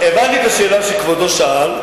הבנתי את השאלה שכבודו שאל,